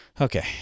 Okay